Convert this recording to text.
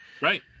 right